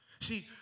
See